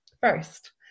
first